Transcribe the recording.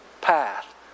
path